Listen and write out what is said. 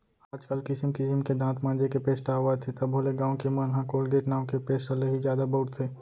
आज काल किसिम किसिम के दांत मांजे के पेस्ट आवत हे तभो ले गॉंव के मन ह कोलगेट नांव के पेस्ट ल ही जादा बउरथे